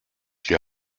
die